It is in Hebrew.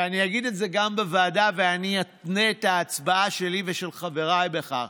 ואני אגיד את זה גם בוועדה ואני אתנה את ההצבעה שלי ושל חבריי בכך,